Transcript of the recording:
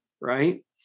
right